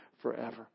forever